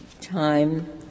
time